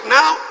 now